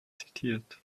zitiert